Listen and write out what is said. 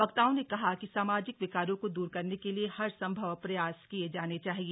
वक्ताओं ने कहा कि सामाजिक विकारों को दूर करने के लिए हर संभव प्रयास किये जाने चाहिए